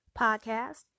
podcast